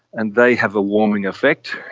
and they have a warming effect.